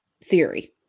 theory